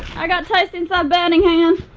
i got toast inside burning, hang on.